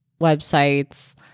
websites